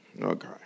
Okay